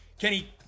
Kenny